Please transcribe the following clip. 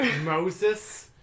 Moses